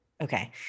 Okay